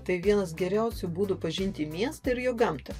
tai vienas geriausių būdų pažinti miestą ir jo gamtą